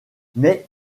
mais